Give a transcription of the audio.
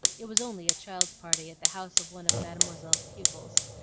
it was only a child's party at the house of one of mademoiselle's pupils,